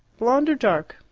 blonde or dark?